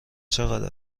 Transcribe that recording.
چقدر